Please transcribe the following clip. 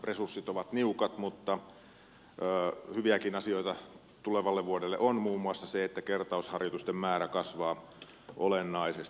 resurssit ovat niukat mutta hyviäkin asioita tulevalle vuodelle on muun muassa se että kertausharjoitusten määrä kasvaa olennaisesti